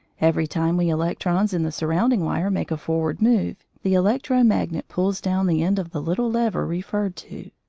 every time we electrons in the surrounding wire make a forward move, the electro-magnet pulls down the end of the little lever referred to.